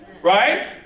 Right